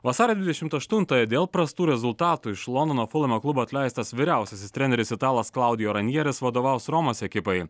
vasario dvidešimt aštuntąją dėl prastų rezultatų iš londono fulhamo klubo atleistas vyriausiasis treneris italas klaudijo ranjeris vadovaus romos ekipai